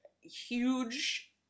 huge